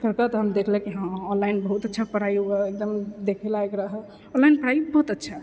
के तऽ हम देखलियै कि हाँ ऑनलाइन बहुत अच्छा पढ़ाइ होबे हऽ एकदम देखे लायक रहऽ ऑनलाइन पढ़ाइ बहुत अच्छा